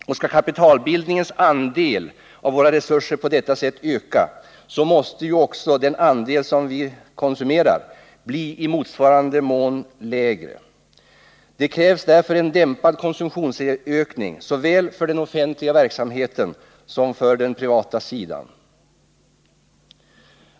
Skall den kapitalbildande sektorns andel av våra resurser på detta sätt öka, måste ju också den andel vi konsumerar bli i motsvarande mån lägre. Det krävs därför en dämpad konsumtionsökning såväl för den offentliga verksamheten som för den privata sidan.